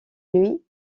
nuit